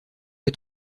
est